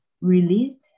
released